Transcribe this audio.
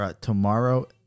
tomorrow